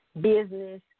business